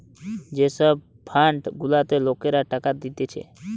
যে সব ফান্ড গুলাতে লোকরা টাকা দিতেছে